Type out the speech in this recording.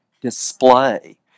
display